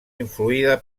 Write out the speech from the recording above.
influïda